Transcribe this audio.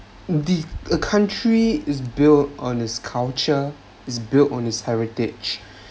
the a country is built on it‘s culture is built on it‘s heritage